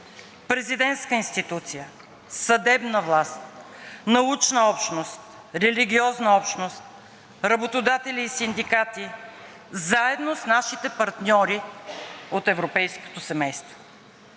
президентската институция, съдебната власт, научната общност, религиозната общност, работодатели и синдикати, заедно с нашите партньори от европейското семейство.